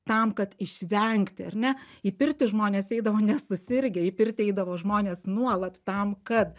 tam kad išvengti ar ne į pirtį žmonės eidavo nesusirgę į pirtį eidavo žmonės nuolat tam kad